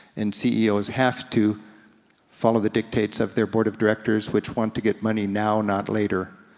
and ceos have to follow the dictates of their board of directors, which want to get money now, not later,